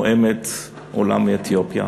נואמת עולה מאתיופיה,